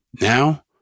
Now